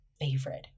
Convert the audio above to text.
favorite